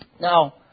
Now